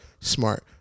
smart